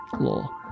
law